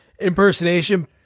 impersonation